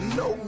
no